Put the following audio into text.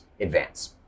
advance